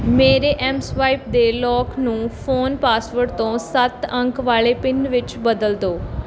ਮੇਰੇ ਐੱਮਸਵਾਇਪ ਦੇ ਲੌਕ ਨੂੰ ਫ਼ੋਨ ਪਾਸਵਰਡ ਤੋਂ ਸੱਤ ਅੰਕ ਵਾਲੇ ਪਿੰਨ ਵਿੱਚ ਬਦਲ ਦਿਉ